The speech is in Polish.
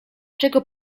czego